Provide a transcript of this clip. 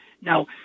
Now